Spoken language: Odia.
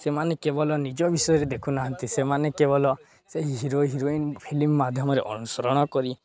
ସେମାନେ କେବଲ ନିଜ ବିଷୟରେ ଦେଖୁନାହାନ୍ତି ସେମାନେ କେବଲ ସେ ହିରୋ ହିରୋଇନ୍ ଫିଲ୍ମ ମାଧ୍ୟମରେ ଅନୁସରଣ କରି